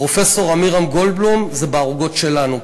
פרופסור עמירם גולדבלום זה בערוגות שלנו,